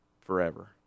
forever